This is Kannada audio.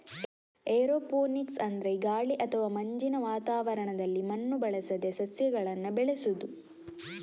ಏರೋಪೋನಿಕ್ಸ್ ಅಂದ್ರೆ ಗಾಳಿ ಅಥವಾ ಮಂಜಿನ ವಾತಾವರಣದಲ್ಲಿ ಮಣ್ಣು ಬಳಸದೆ ಸಸ್ಯಗಳನ್ನ ಬೆಳೆಸುದು